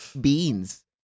beans